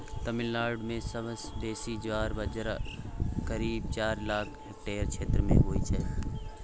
तमिलनाडु मे सबसँ बेसी ज्वार बजरा करीब चारि लाख हेक्टेयर क्षेत्र मे होइ छै